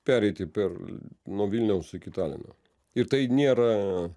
pereiti per nuo vilniaus iki talino ir tai nėra